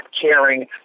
caring